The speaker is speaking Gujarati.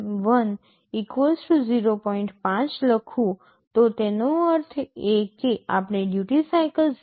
5 લખું તો તેનો અર્થ એ કે આપણે ડ્યૂટિ સાઇકલ 0